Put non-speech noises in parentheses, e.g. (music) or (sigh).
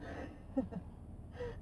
(laughs)